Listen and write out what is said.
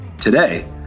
Today